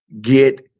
get